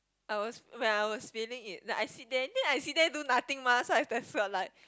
I was when I was feeling it then I sit there then I sit there do nothing mah so I have to feel like